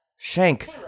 Shank